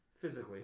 physically